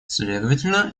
следовательно